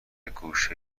گوشه